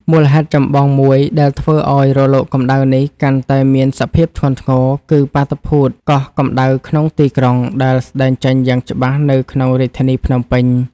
មូលហេតុចម្បងមួយដែលធ្វើឱ្យរលកកម្ដៅនេះកាន់តែមានសភាពធ្ងន់ធ្ងរ គឺបាតុភូតកោះកម្ដៅក្នុងទីក្រុង ដែលស្តែងចេញយ៉ាងច្បាស់នៅក្នុងរាជធានីភ្នំពេញ។